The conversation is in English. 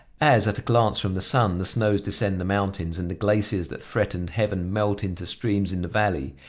as at a glance from the sun the snows descend the mountains and the glaciers that threatened heaven melt into streams in the valley,